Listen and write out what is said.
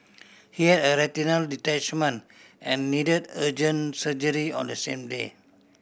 he had a retinal detachment and needed urgent surgery on the same day